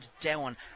Down